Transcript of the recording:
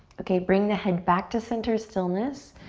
okay bring the head back to center stillness.